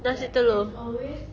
nasi telur